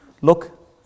Look